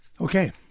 Okay